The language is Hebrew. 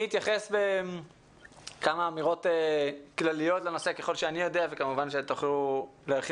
אני רואה שיש הרבה אורחים בזום ואני מתנצל מראש